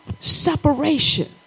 separation